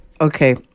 Okay